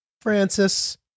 francis